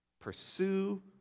pursue